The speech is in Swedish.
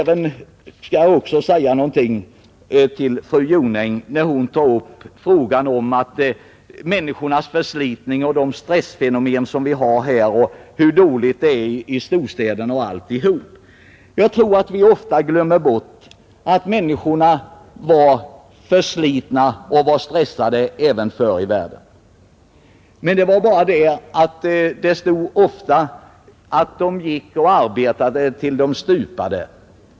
Jag skall även säga någonting till fru Jonäng, som tog upp människornas förslitning, de stressfenomen vi har och hur dåligt det är i storstäderna. Jag tror att vi ofta glömmer bort att människorna var förslitna och stressade även förr i världen. Men på den tiden måste människorna ofta arbeta tills de stupade.